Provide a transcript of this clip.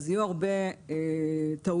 יהיו הרבה טעויות.